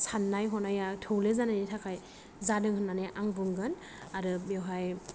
साननाय हनाया थौले जानायनि थाखाय जादों होन्नानै आं बुंगोन आरो बेवहाय